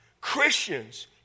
Christians